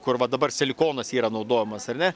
kur va dabar silikonas yra naudojamas ar ne